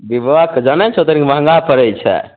रिबोकके जानै छहो तनी महँगा पड़ै छै